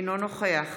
אינו נוכח